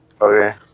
Okay